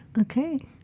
Okay